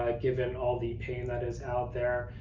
ah given all the pain that is out there,